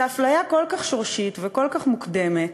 זו אפליה כל כך שורשית וכל כך מוקדמת.